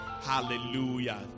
Hallelujah